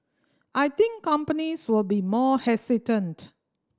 I think companies will be more hesitant